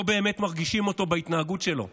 לא באמת מרגישים אותו בהתנהגות שלו,